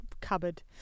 cupboard